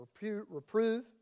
Reprove